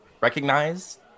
recognize